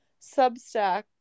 Substack